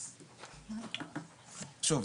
שוב,